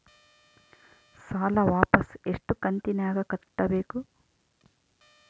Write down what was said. ಸಾಲ ವಾಪಸ್ ಎಷ್ಟು ಕಂತಿನ್ಯಾಗ ಕಟ್ಟಬೇಕು?